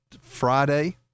Friday